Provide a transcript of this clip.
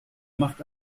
macht